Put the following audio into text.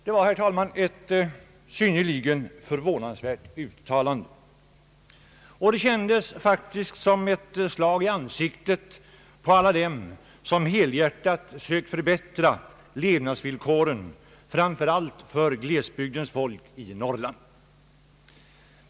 Det var, herr talman, ett synnerligen förvånande uttalande, och det kändes faktiskt som ett slag i ansiktet på alla dem som helhjärtat sökt förbättra levnadsvillkoren framför allt för glesbygdens folk i Norrland.